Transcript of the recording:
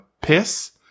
piss